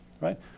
Right